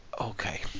Okay